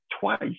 twice